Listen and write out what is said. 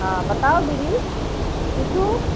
हँ बताउ दीदी पूछू